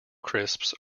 crisps